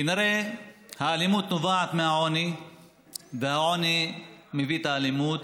כנראה האלימות נובעת מהעוני והעוני מביא את האלימות.